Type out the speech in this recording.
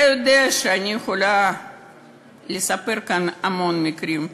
אתה יודע שאני יכולה לספר כאן על המון מקרים,